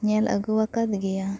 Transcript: ᱧᱮᱞ ᱟᱹᱜᱩ ᱟᱠᱟᱫ ᱜᱮᱭᱟ